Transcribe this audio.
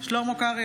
שלמה קרעי,